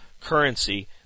currency